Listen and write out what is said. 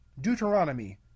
Deuteronomy